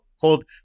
called